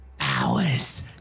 hours